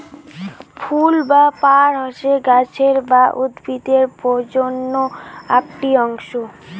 ফুল বা পার হসে গাছের বা উদ্ভিদের প্রজনন আকটি অংশ